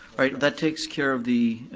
alright, that takes care of the,